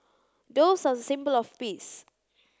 doves are the symbol of peace